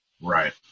Right